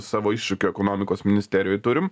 savo iššūkių ekonomikos ministerijoje turim